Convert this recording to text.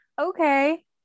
Okay